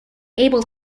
able